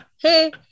hey